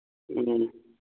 ꯎꯝ